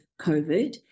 COVID